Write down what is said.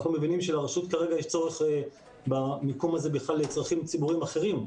אנחנו מבינים שלרשות כרגע יש צורך במיקום הזה לצרכים ציבוריים אחרים.